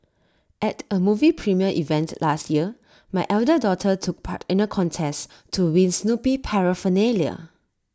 at A movie premiere event last year my elder daughter took part in A contest to win Snoopy Paraphernalia